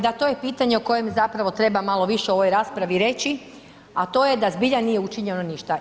Da, to je pitanje o kojem zapravo treba malo više u ovoj raspravi reći a to je da zbilja nije učinjeno ništa.